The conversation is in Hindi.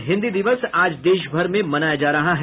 और हिन्दी दिवस आज देशभर में मनाया जा रहा है